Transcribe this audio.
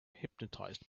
hypnotized